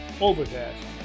Overcast